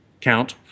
count